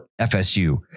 FSU